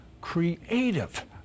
creative